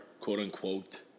quote-unquote